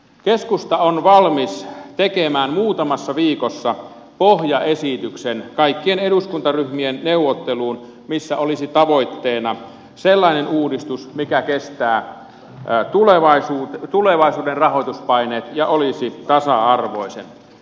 keskusta on valmis tekemään muutamassa viikossa pohjaesityksen kaikkien eduskuntaryhmien neuvotteluun missä olisi tavoitteena sellainen uudistus mikä kestää tulevaisuuden rahoituspaineet ja olisi tasa arvoisempi